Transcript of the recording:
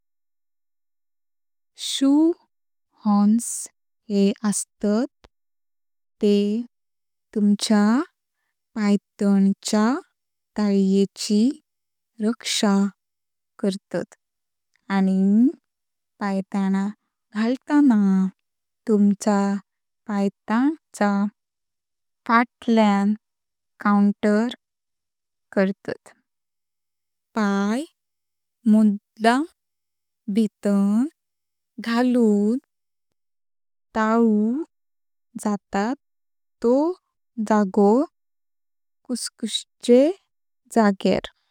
शू horns जे अस्तात ते तुमच्या पायतांच्या ताल्येची रक्षा करतात आणि पायाताना घालताना तुमच्या पायतांचा फाटल्यां काउंटर करतात। पाय मुद्दाम भीतन घालून तालू जातो तो जागो कुसकुश्चे जाग्यार।